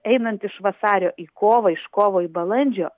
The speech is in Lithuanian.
einant iš vasario į kovą iš kovo į balandžio